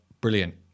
brilliant